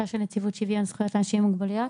של נציבות שוויון זכויות לאנשים עם מוגבלויות,